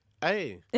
Hey